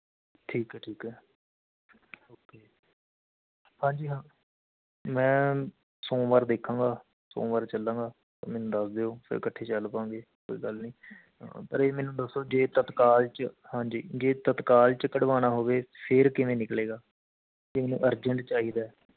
ਠੀਕ ਹੈ ਠੀਕ ਹੈ ਓਕੇ ਹਾਂਜੀ ਹਾਂ ਮੈਂ ਸੋਮਵਾਰ ਦੇਖਾਂਗਾ ਸੋਮਵਾਰ ਚੱਲਾਂਗਾ ਅਤੇ ਮੈਨੂੰ ਦੱਸ ਦਿਓ ਫਿਰ ਇਕੱਠੇ ਚੱਲ ਪਵਾਂਗੇ ਕੋਈ ਗੱਲ ਨਹੀਂ ਪਰ ਇਹ ਮੈਨੂੰ ਦੱਸੋ ਜੇ ਤਤਕਾਲ 'ਚ ਹਾਂਜੀ ਜੇ ਤਤਕਾਲ 'ਚ ਕਢਵਾਉਣਾ ਹੋਵੇ ਫੇਰ ਕਿਵੇਂ ਨਿਕਲੇਗਾ ਮੈਨੂੰ ਅਰਜੈਂਟ ਚਾਹੀਦਾ